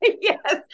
Yes